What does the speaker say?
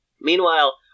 Meanwhile